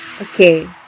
Okay